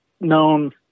known